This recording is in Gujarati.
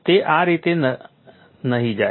તે આ રીતે નહીં જાય